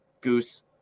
goose